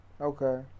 Okay